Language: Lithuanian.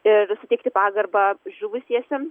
ir suteikti pagarbą žuvusiesiems